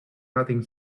nothing